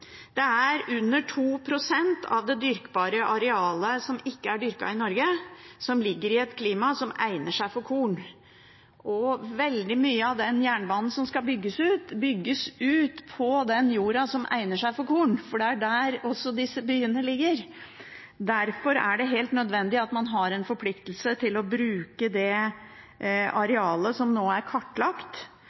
Det er under 2 pst. av det dyrkbare arealet som ikke er dyrket i Norge, som ligger i et klima som egner seg for korn. Veldig mye av jernbanen som skal bygges ut, bygges ut på jorda som egner seg for korn, for det er også der disse byene ligger. Derfor er det helt nødvendig at man har en forpliktelse til å bruke det arealet som nå er kartlagt